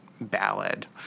ballad